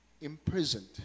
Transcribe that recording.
imprisoned